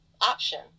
option